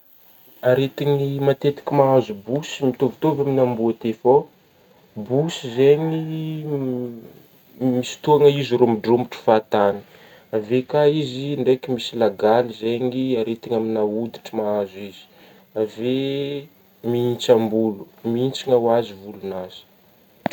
Aretigny matetika mahazo bosy mitovitovy amin'ny amboa teo fô bosy zegny misy fotoagna izy romodromotro fahatagny avy e ka izy ndreiky misy lagaly zegny aretigny amina hoditra mahazo izy, avy e mihitsam-bolo mihintsana hoazy volonazy